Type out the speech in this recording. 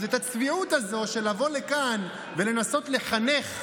אז את הצביעות הזאת של לבוא לכאן ולנסות לחנך,